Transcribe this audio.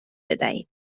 بدهید